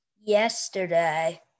yesterday